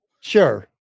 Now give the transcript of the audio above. sure